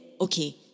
okay